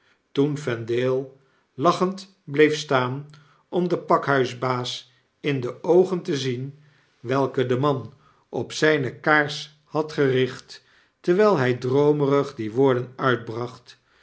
toen vendale lachend bleef staan om den pakhuisbaas in de oogen te zien welke de man op zijne kaars had gericht terwfll hy droomerig die woorden uitbracht